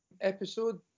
episode